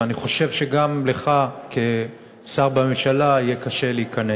ואני חושב שגם לך כשר בממשלה יהיה קשה להיכנס.